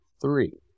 three